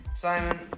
Simon